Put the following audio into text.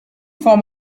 form